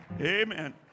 Amen